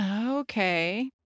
Okay